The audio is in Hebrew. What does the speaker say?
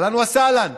אהלן וסהלן.